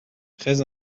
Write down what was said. très